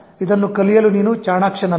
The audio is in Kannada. ಇದನ್ನು ಕಲಿಯಲು ನೀನು ಚಾಣಾಕ್ಷ ನಲ್ಲ